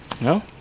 No